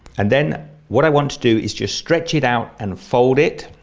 and then what i want to do is just stretch it out and fold it,